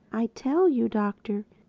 i tell you, doctor,